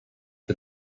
for